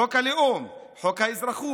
חוק הלאום, חוק האזרחות,